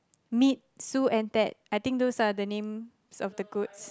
meet Sue and Ted I think those are the names of the goods